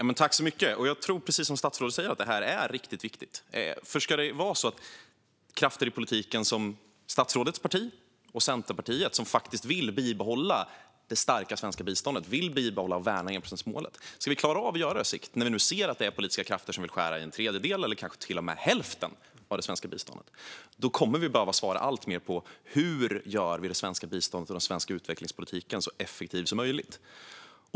Fru talman! Jag tror, precis som statsrådet säger, att det här är riktigt viktigt. Hur ska krafter i politiken som statsrådets parti och Centerpartiet, som vill bibehålla det starka svenska biståndet och bibehålla och värna enprocentsmålet, klara av att göra detta på sikt? Vi ser ju nu att det finns politiska krafter som vill skära en tredjedel eller kanske till och med hälften av det svenska biståndet. Vi kommer därför att behöva svara alltmer på hur vi gör det svenska biståndet och den svenska utvecklingspolitiken så effektiv som möjligt.